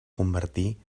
convertí